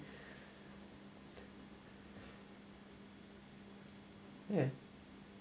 and